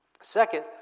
Second